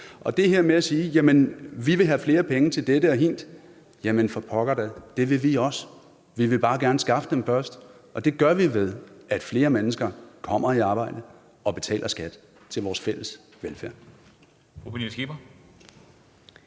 det her med at sige, at man vil have flere penge til dette og hint, vil jeg sige: Jamen for pokker da, det vil vi også. Vi vil bare gerne skaffe dem først, og det gør vi, ved at flere mennesker kommer i arbejde og betaler skat til vores fælles velfærd.